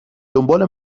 دنبال